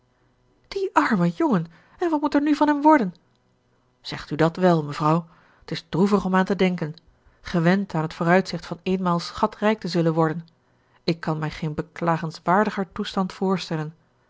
die arme jongen en wat moet er nu van hem worden zegt u dat wèl mevrouw t is droevig om aan te denken gewend aan t vooruitzicht van eenmaal schatrijk te zullen worden ik kan mij geen beklagenswaardiger toestand voorstellen